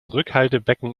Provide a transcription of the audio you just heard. rückhaltebecken